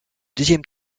dixième